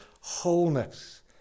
wholeness